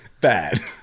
bad